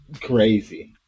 Crazy